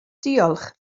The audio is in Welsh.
diolch